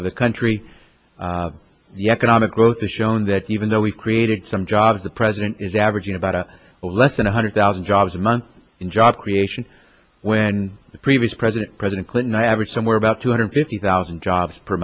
the country the economic growth is shown that even though we've created some jobs the president is averaging about a less than one hundred thousand jobs a month in job creation when the previous president president clinton average somewhere about two hundred fifty thousand jobs per